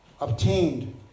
obtained